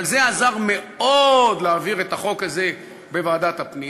אבל זה עזר מאוד להעביר את החוק הזה בוועדת הפנים,